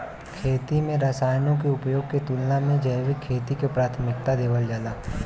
खेती में रसायनों के उपयोग के तुलना में जैविक खेती के प्राथमिकता देवल जाला